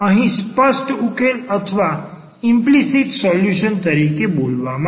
અહીં સ્પષ્ટ ઉકેલ અથવા ઇમ્પલીસીટ સોલ્યુશન તરીકે પણ બોલાવ્યા છે